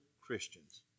Christians